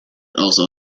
also